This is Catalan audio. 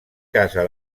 casa